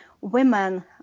women